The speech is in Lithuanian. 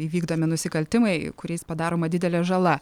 įvykdomi nusikaltimai kuriais padaroma didelė žala